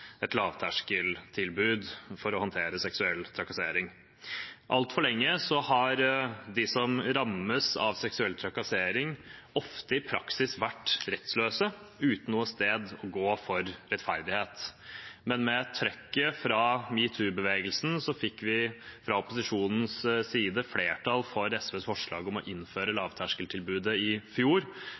et lavterskeltilbud for å håndtere seksuell trakassering. Altfor lenge har de som rammes av seksuell trakassering, i praksis ofte vært rettsløse, uten noe sted å gå for rettferdighet. Med trøkket fra metoo-bevegelsen fikk vi fra opposisjonens side flertall for SVs forslag om å innføre lavterskeltilbudet i fjor,